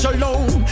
alone